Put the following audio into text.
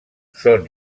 són